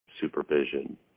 supervision